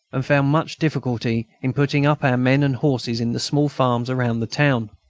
and found much difficulty in putting up our men and horses in the small farms around the town.